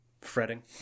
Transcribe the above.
Fretting